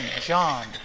John